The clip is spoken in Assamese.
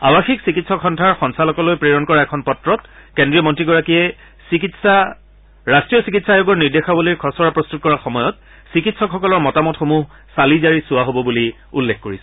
আৱাসিক চিকিৎসক সন্থাৰ সঞ্চালকলৈ প্ৰেৰণ কৰা এখন পত্ৰত কেন্দ্ৰীয় মন্ত্ৰীগৰাকীয়ে ৰাষ্ট্ৰীয় চিকিৎসা আয়োগৰ নিৰ্দেশাবলীৰ খচৰা প্ৰস্তুত কৰা সময়ত চিকিৎসক সকলৰ মতামতসমূহ চালি জাৰি চোৱা হ'ব বুলি উল্লেখ কৰিছে